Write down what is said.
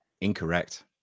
Incorrect